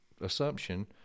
assumption